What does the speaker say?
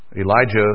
Elijah